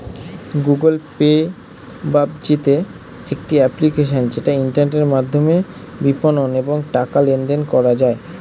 Google Pay বা G Pay একটি application যেটা ইন্টারনেটের মাধ্যমে বিপণন এবং টাকা লেনদেন করা যায়